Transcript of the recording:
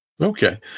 Okay